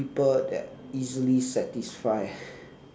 people that easily satisfy